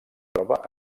troba